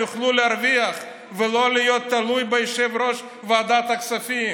הם יוכלו להרוויח ולא להיות תלויים ביושב-ראש ועדת הכספים.